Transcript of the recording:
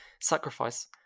Sacrifice